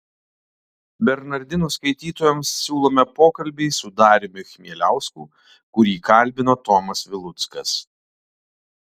bernardinų skaitytojams siūlome pokalbį su dariumi chmieliausku kurį kalbino tomas viluckas